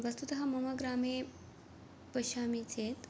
वस्तुतः मम ग्रामे पश्यामि चेत्